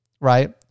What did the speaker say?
right